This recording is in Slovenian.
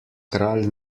kralj